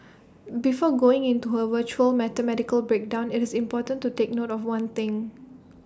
before going into her virtuoso mathematical breakdown IT is important to take note of one thing